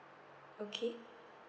okay